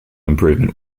improvement